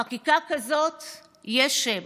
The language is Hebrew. לחקיקה כזאת יש שם: